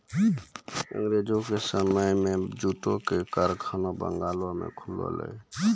अंगरेजो के समय मे जूटो के कारखाना बंगालो मे खुललै